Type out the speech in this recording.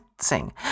sing